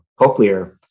Cochlear